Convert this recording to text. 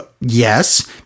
Yes